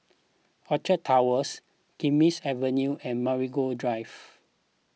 Orchard Towers Kismis Avenue and Marigold Drive